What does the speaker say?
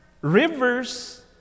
Rivers